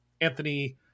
Anthony